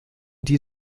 die